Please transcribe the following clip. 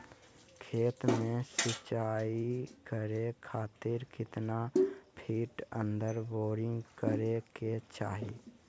खेत में सिंचाई करे खातिर कितना फिट अंदर बोरिंग करे के चाही?